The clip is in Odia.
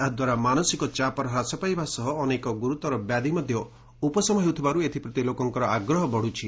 ଏହା ଦ୍ୱାରା ମାନସିକ ଚାପ ହ୍ରାସ ପାଇବା ସହ ଅନେକ ଗୁରୁତର ବ୍ୟାଧି ଉପଶମ ହେଉଥିବାରୁ ଏଥିପ୍ରତି ଲୋକଙ୍କର ଆଗ୍ରହ ବଢୁଛି